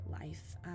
life